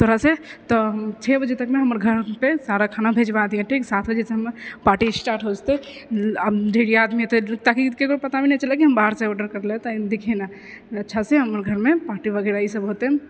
तोड़ा से तऽ छओ बजे तकमे हमर घर पे सारा खाना भेजवा दिहऽ ठीक सात बजेसँ हमर पार्टी स्टार्ट हो जेतै आ ढ़ेरी आदमी एतै ताकि ई केकरो पता भी नहि चलै कि हम बाहर से ऑर्डर केलियै दिखै ना अच्छा से हमर घरमे पार्टी वगैरह ई सब होतै